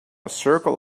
circle